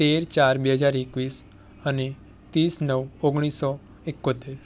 તેર ચાર બે હજાર એકવીસ અને ત્રીસ નવ ઓગણીસો ઈકોતેર